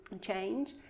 change